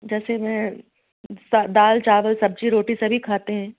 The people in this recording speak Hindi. जैसे मैं दाल चावल सब्ज़ी रोटी सभी खाती हूँ